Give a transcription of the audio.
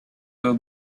were